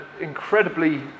incredibly